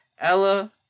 Ella